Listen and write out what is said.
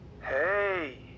Hey